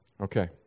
Okay